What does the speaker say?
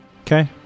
Okay